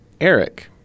Eric